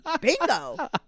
Bingo